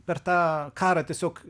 per tą karą tiesiog